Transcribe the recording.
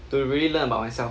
to really learn about myself